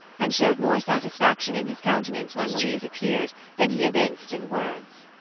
and showed more satisfaction in his countenance when louise appeared than he evinced in words.